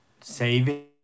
saving